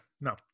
no